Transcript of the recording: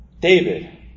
David